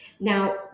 Now